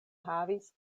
havis